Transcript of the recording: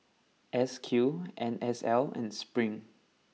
S Q N S L and Spring